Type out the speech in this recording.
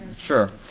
sure.